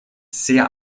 sehr